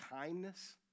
kindness